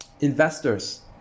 investors